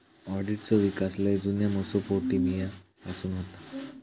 ऑडिटचो विकास लय जुन्या मेसोपोटेमिया पासून होता